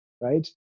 Right